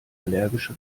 allergische